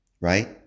right